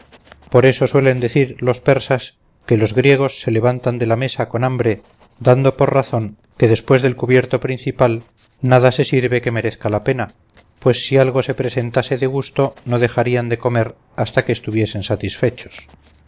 por eso suelen decir los persas que los griegos se levantan de la mesa con hambre dando por razón que después del cubierto principal nada se sirve que merezca la pena pues si algo se presentase de gusto no dejarían de comer hasta que estuviesen satisfechos